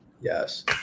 Yes